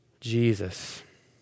Jesus